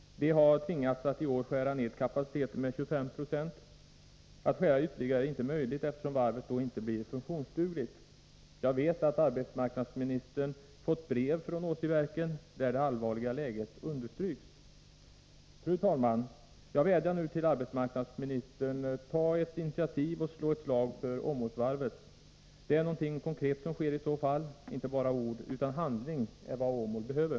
Man har där i år tvingats att skära ner kapaciteten med 25 26. Att skära ner ytterligare är inte möjligt, eftersom varvet då inte blir funktionsdugligt. Jag vet att arbetsmarknadsministern fått brev från Åsiverken, där det allvarliga läget understryks. Fru talman! Jag vädjar nu till arbetsmarknadsministern att ta ett initiativ och slå ett slag för Åmålsvarvet. Det är någonting konkret som sker i så fall. Inte bara ord utan handling är vad Åmål behöver.